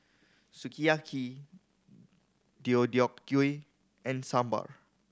Sukiyaki Deodeok Gui and Sambar